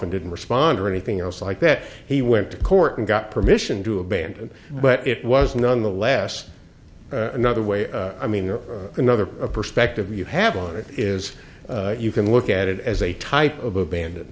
and didn't respond or anything else like that he went to court and got permission to abandon but it was none the less another way i mean there another perspective you have on it is you can look at it as a type of abandon